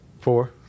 four